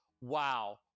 wow